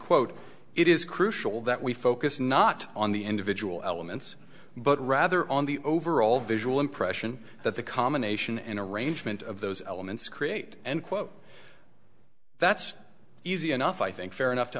quote it is crucial that we focus not on the individual elements but rather on the overall visual impression that the combination and arrangement of those elements create end quote that's easy enough i think fair enough to